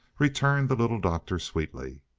returned the little doctor, sweetly.